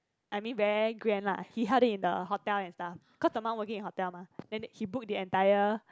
I mean very grand lah he held it in a hotel and stuff cause the mum working in hotel mah then he book the entire